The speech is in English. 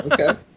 Okay